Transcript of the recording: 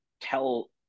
tell